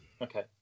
Okay